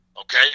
Okay